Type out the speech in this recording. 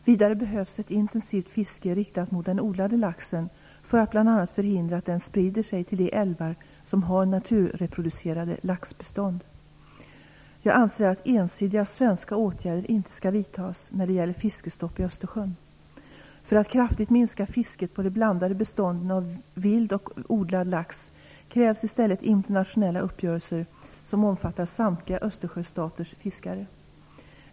Vidare behövs ett intensivt fiske riktat mot den odlade laxen för att bl.a. förhindra att den sprider sig till de älvar som har naturreproducerande laxbestånd. Jag anser att ensidiga svenska åtgärder inte skall vidtas när det gäller fiskestopp i Östersjön. För att kraftigt minska fisket på det blandade bestånden av vild och odlad lax krävs i stället internationella uppgörelser som omfattar samtliga Östersjöstaters fiskare.